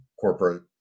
corporate